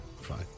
Fine